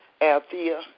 Althea